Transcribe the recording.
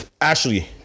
Ashley